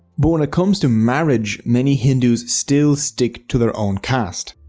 but when it comes to marriage many hindus still stick to their own caste.